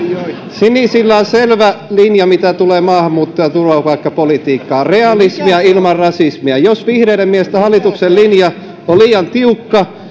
sinisillä on selvä linja mitä tulee maahanmuutto ja turvapaikkapolitiikkaan realismia ilman rasismia jos vihreiden mielestä hallituksen linja on liian tiukka